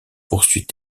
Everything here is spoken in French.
poursuite